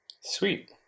Sweet